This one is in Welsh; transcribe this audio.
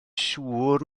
siŵr